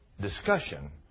discussion